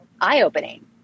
eye-opening